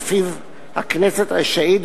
שלפיו "הכנסת רשאית,